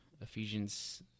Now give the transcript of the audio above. Ephesians